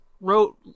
wrote